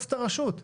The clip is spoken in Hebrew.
מועצת הרשות.